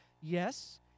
Yes